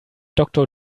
doktor